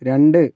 ര ണ്ട്